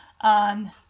on